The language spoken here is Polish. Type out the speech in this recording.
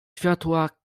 światła